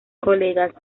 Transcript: colegas